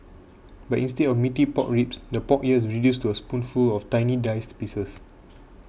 but instead of meaty pork ribs the pork here is reduced to a spoonful of tiny diced pieces